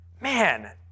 Man